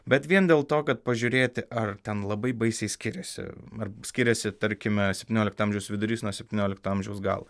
bet vien dėl to kad pažiūrėti ar ten labai baisiai skiriasi ar skiriasi tarkime septyniolikto amžiaus vidurys nuo septyniolikto amžiaus galo